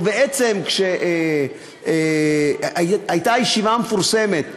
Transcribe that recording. ובעצם כשהייתה הישיבה מפורסמת להדחתו,